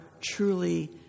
truly